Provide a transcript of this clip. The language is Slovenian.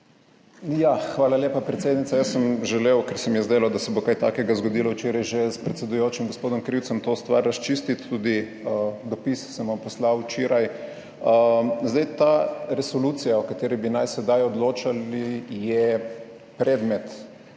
Hvala lepa, predsednica. Jaz sem želel, ker se mi je zdelo, da se bo kaj takega zgodilo včeraj že s predsedujočim gospodom Krivcem, to stvar razčistiti. Tudi dopis sem vam poslal včeraj. Ta resolucija, o kateri bi naj sedaj odločali, je predmet